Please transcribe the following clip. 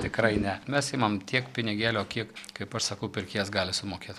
tikrai ne mes imam tiek pinigėlio kiek kaip aš sakau pirkėjas gali sumokėt